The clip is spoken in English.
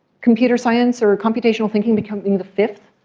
computer science or or computational thinking becoming the fifth.